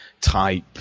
type